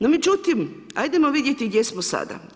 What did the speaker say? No međutim, ajdemo vidjeti gdje smo sada.